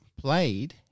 played